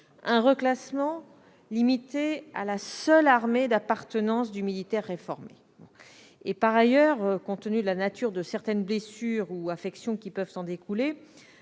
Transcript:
un reclassement limité à la seule armée d'appartenance du militaire réformé. Par ailleurs, compte tenu de la nature de certaines blessures ou affections qui peuvent en découler,